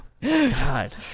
God